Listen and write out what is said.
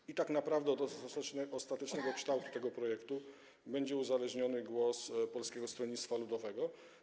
I tak naprawdę od ostatecznego kształtu tego projektu będzie uzależniony głos Polskiego Stronnictwa Ludowego.